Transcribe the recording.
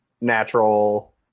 natural